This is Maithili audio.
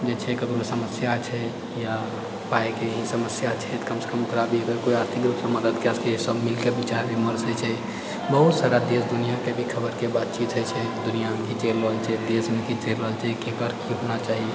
जे छै ककरो समस्या छै या पायके ही समस्या छै तऽ कमसँ कम खराबी अगर केओ आर्थिक रूपसँ मदद कए सकैए सब मिलके दू चारि दिनमे बहुत सारा देश दुनिआके भी खबरके बातचीत होइत छै दुनिआमे की चलि रहल छै देशमे की चलि रहल छै केकर की होना चाही